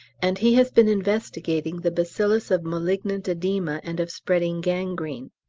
and he has been investigating the bacillus of malignant oedema and of spreading gangrene.